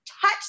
touch